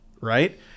right